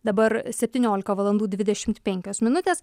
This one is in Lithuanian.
dabar septyniolika valandų dvidešimt penkios minutės